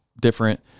different